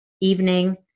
evening